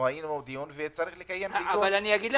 מגיעים